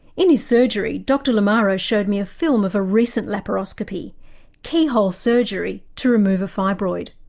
in his surgery dr lamaro showed me a film of a recent laparoscopy keyhole surgery to remove a fibroid.